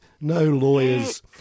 no-lawyer's